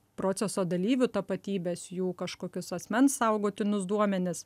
proceso dalyvių tapatybes jų kažkokius asmens saugotinus duomenis